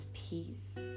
peace